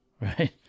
right